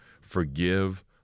Forgive